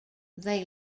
they